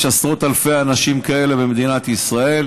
יש עשרות אלפי אנשים כאלה במדינת ישראל